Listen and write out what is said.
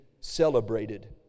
celebrated